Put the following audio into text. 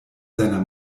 seiner